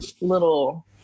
little